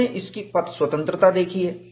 हमने इसकी पथ स्वतंत्रता देखी है